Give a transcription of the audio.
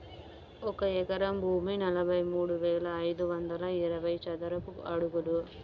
ఒక ఎకరం భూమి నలభై మూడు వేల ఐదు వందల అరవై చదరపు అడుగులు